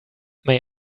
may